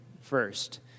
first